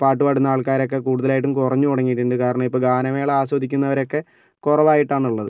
പാട്ട് പാടുന്ന ആള്ക്കാരൊക്കെ കൂടുതലായിട്ടും കുറഞ്ഞു തുടങ്ങിയിട്ടുണ്ട് കാരണം ഇപ്പം ഗാനമേള ആസ്വദിക്കുന്നവരൊക്കെ കുറവ് ആയിട്ടാണ് ഉള്ളത്